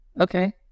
Okay